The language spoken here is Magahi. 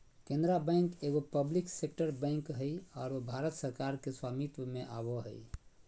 केनरा बैंक एगो पब्लिक सेक्टर बैंक हइ आरो भारत सरकार के स्वामित्व में आवो हइ